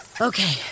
okay